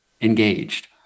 engaged